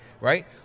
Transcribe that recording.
right